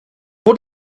what